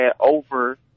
over